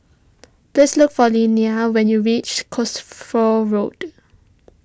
please look for Lilia when you reach Cosford Road